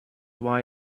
why